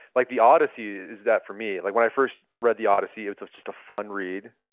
like the odyssey is that for me. like when i first read the odyssey, it was just a fun read.